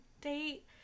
date